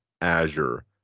Azure